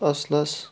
اَصلَس